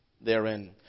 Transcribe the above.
therein